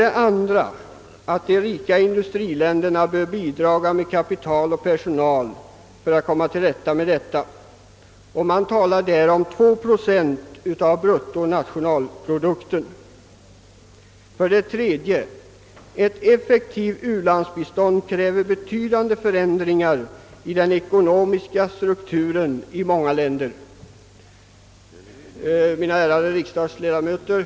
2) De rika industriländerna bör bidra med kapital och personal för att komma till rätta härmed, och man talar där om 2 procent av bruttonationalprodukten. 3) Ett effektivt u-landsbistånd kräver betydande förändringar i den ekonomiska strukturen i många länder. Ärade kammarledamöter!